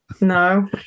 No